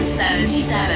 77